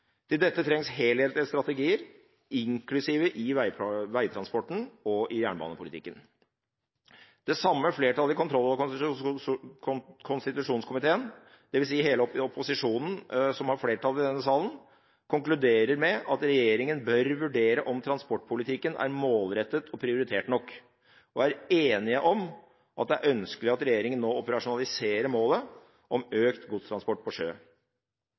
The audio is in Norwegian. Til dette trengs det helhetlige strategier, inklusiv i veitransporten og i jernbanepolitikken. Det samme flertallet i kontroll- og konstitusjonskomiteen, det vil si hele opposisjonen som har flertallet i denne salen, konkluderer med at regjeringen bør vurdere om transportpolitikken er målrettet og prioritert nok, og er enig om at det er ønskelig at regjeringen nå operasjonaliserer målet om økt godstransport på sjø.